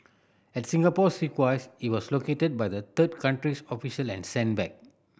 at Singapore's request he was located by the third country's official and sent back